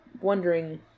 wondering